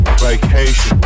vacation